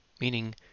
meaning